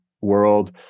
world